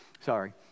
Sorry